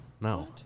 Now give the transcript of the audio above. No